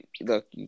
look